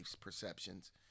perceptions